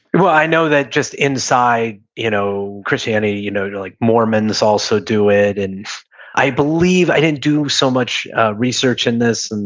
well, i know that just inside you know christianity, you know like mormons also do it. and i believe, i didn't do so much research in this, and